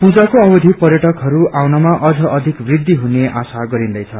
पुजाको अवधि पर्यटकहरू आउनमा अझ अधिक वृद्धि हुने आशा गरिन्दैछ